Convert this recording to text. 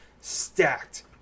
stacked